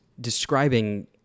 describing